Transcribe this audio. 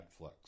Netflix